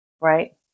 right